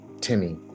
Timmy